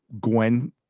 gwen